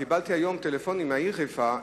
קיבלתי היום טלפונים מהעיר חיפה,